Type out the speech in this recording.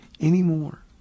anymore